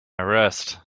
arrest